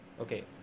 Okay